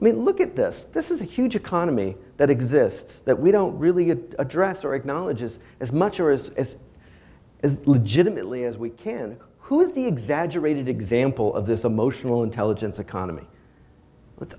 i mean look at this this is a huge economy that exists that we don't really get addressed or acknowledges as much or is as as legitimately as we can who is the exaggerated example of this emotional intelligence economy with